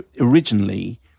originally